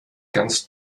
ganz